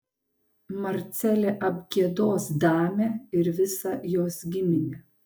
marcelė apgiedos damę ir visą jos giminę